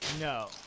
No